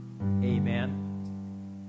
Amen